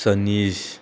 सनीस